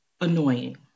annoying